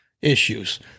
issues